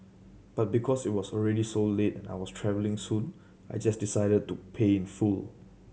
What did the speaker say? but because it was already so late and I was travelling soon I just decided to pay in full